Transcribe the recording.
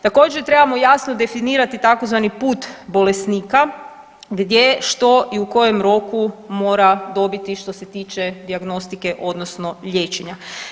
Također trebamo jasno definirati tzv. put bolesnika gdje, što i u kojem roku mora dobiti što se tiče dijagnostike odnosno liječenja.